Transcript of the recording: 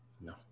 No